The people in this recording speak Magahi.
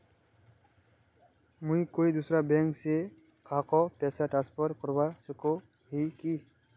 मुई कोई दूसरा बैंक से कहाको पैसा ट्रांसफर करवा सको ही कि?